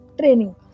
training